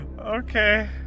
Okay